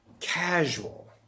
casual